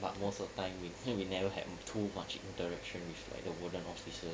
but most of the time we we never had too much interaction with like the warden officer